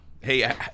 Hey